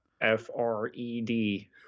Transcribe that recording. F-R-E-D